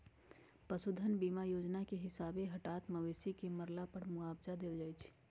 पशु धन बीमा जोजना के हिसाबे हटात मवेशी के मरला पर मुआवजा देल जाइ छइ